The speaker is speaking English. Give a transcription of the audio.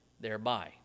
thereby